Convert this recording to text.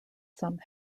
some